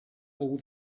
all